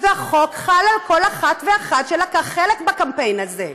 והחוק חל על כל אחד ואחת שלקחו חלק בקמפיין הזה.